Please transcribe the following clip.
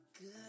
Good